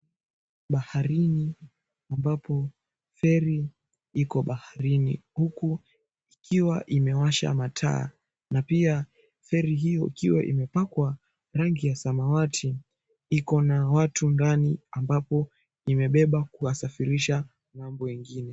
Baharini ambapo feri iko baharini huku ikiwa imewasha mataa na pia feri hiyo ikiwa imepakwa rangi ya samawati, iko na watu ndani ambapo imebeba kuwasafirisha ng'ambo ingine.